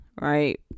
right